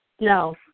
No